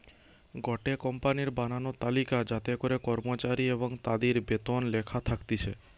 গটে কোম্পানির বানানো তালিকা যাতে করে কর্মচারী এবং তাদির বেতন লেখা থাকতিছে